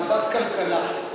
ועדת כלכלה.